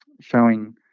showing